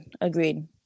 Agreed